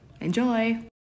enjoy